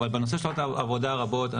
אבל בנושא של שעות עבודה רבות,